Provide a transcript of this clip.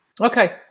okay